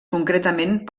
concretament